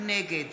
נגד